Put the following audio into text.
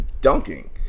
dunking